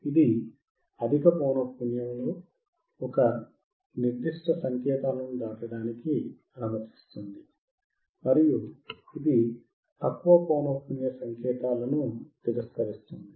ఇది అధిక పౌనఃపున్యంలో ఒక నిర్దిష్ట సంకేతాలను దాటడానికి అనుమతిస్తుంది మరియు ఇది తక్కువ పౌనఃపున్య సంకేతాలను తిరస్కరిస్తుంది